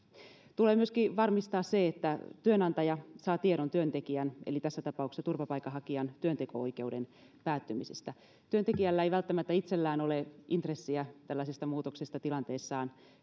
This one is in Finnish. tulee myöskin varmistaa se että työnantaja saa tiedon työntekijän eli tässä tapauksessa turvapaikanhakijan työnteko oikeuden päättymisestä työntekijällä ei välttämättä itsellään ole intressiä tällaisesta muutoksesta tilanteessaan